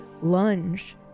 lunge